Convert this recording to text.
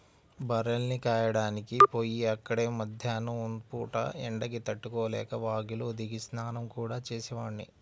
బర్రెల్ని కాయడానికి పొయ్యి అక్కడే మద్దేన్నం పూట ఎండకి తట్టుకోలేక వాగులో దిగి స్నానం గూడా చేసేవాడ్ని